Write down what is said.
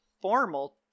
formal